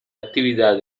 actividad